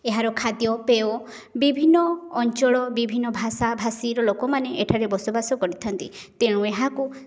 ଏହାର ଖାଦ୍ୟପେୟ ବିଭିନ୍ନ ଅଞ୍ଚଳ ବିଭିନ୍ନ ଭାଷାଭାଷୀର ଲୋକମାନେ ଏଠାରେ ବସବାସ କରିଥାନ୍ତି ତେଣୁ ଏହାକୁ ବି